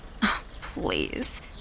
please